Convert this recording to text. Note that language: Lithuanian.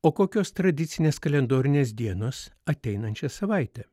o kokios tradicinės kalendorinės dienos ateinančią savaitę